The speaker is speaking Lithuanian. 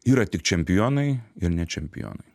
yra tik čempionai ir ne čempionai